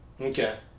Okay